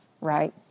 right